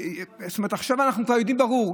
עכשיו אנחנו יודעים, ברור.